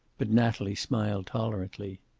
but natalie smiled tolerantly.